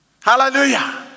Hallelujah